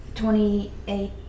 Twenty-eight